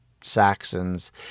Saxons